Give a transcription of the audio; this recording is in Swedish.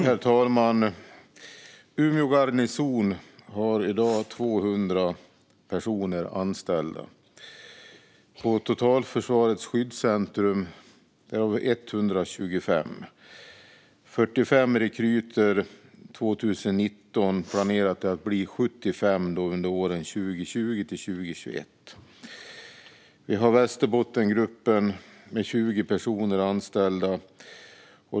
Herr talman! Umeå garnison har i dag 200 personer anställda. På Totalförsvarets skyddscentrum är det 125 anställda och 45 rekryter. År 2019 har man planerat att det ska bli 75 under åren 2020-2021. Vi har Västerbottensgruppen med 20 personer anställda.